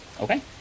Okay